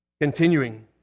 continuing